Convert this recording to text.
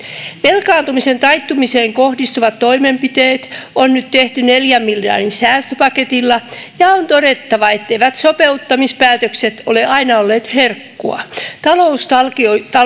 velkaantumisen taittumiseen kohdistuvat toimenpiteet on nyt tehty neljän miljardin säästöpaketilla ja on todettava etteivät sopeuttamispäätökset ole aina olleet herkkua taloustalkoisiin